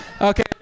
Okay